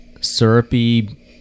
syrupy